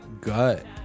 gut